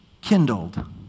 kindled